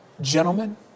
Gentlemen